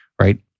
right